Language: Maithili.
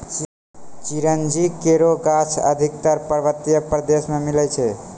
चिरौंजी केरो गाछ अधिकतर पर्वतीय प्रदेश म मिलै छै